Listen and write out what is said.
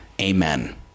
Amen